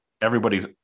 everybody's